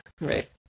right